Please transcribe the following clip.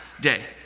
day